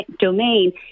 domain